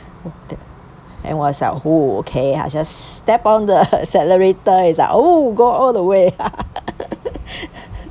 and was like oh okay I just stepped on the accelerator it's like oh go all the way